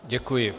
Děkuji.